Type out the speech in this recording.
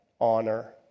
honor